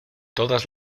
todas